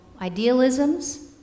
idealisms